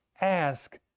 ask